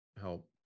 help